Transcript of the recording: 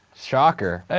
shocker!